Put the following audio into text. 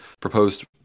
proposed